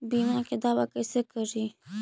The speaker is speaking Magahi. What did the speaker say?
बीमा के दावा कैसे करी?